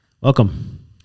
Welcome